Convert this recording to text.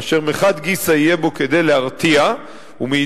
אשר מחד גיסא יהיה בו כדי להרתיע ומאידך